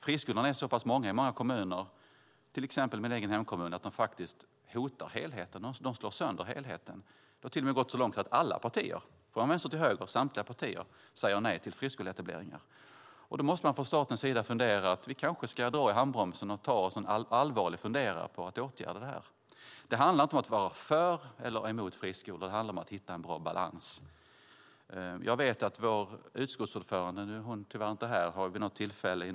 Friskolorna är så pass många i flera kommuner, till exempel i min egen hemkommun, att de faktiskt hotar helheten. De slår sönder helheten. Det har till och med gått så långt att alla partier, samtliga parter från vänster till höger säger nej till friskoleetableringar. Då måste man från statens sida fundera på om man kanske ska dra i handbromsen och ta sig en allvarlig funderare på att åtgärda det här. Det handlar inte om att vara för eller mot friskolor utan det handlar om att hitta en bra balans. Jag vet att vår utskottsordförande - nu är hon tyvärr inte här - vid något tillfälle har.